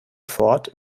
ford